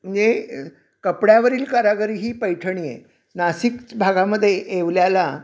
म्हणजे कपड्यावरील कारागिरी ही पैठणी आहे नाशिक भागामध्ये येवल्याला